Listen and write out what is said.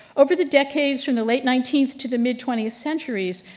over the decades, from the late nineteenth to the mid twentieth centuries,